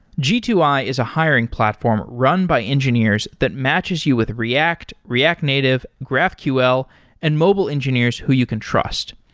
g two i is a hiring platform run by engineers that matches you with react, react native, graphql and mobile engineers who you can trust.